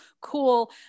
cool